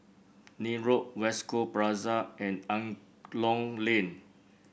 Nim Road West Coast Plaza and Angklong Lane